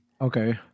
Okay